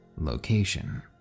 Location